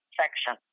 section